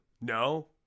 No